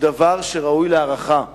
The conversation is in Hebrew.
הוא דבר שראוי להערכה,